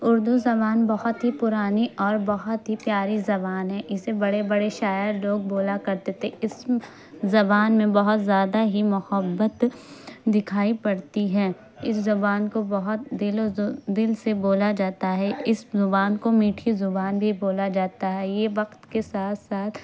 اردو زبان بہت ہی پرانی اور بہت ہی پیاری زبان ہیں اسے بڑے بڑے شاعر لوگ بولا کرتے تھے اس زبان میں بہت زیادہ ہی محبت دکھائی پڑتی ہے اس زبان کو بہت دلوز دل سے بولا جاتا ہے اس زبان کو میٹھی زبان بھی بولا جاتا ہے یہ وقت کے ساتھ ساتھ